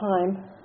time